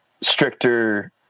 stricter